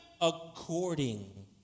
according